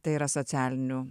tai yra socialinių